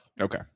Okay